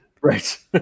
Right